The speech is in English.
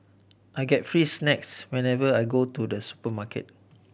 I get free snacks whenever I go to the supermarket